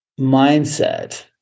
Mindset